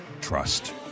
trust